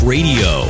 Radio